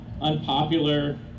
unpopular